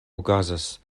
okazas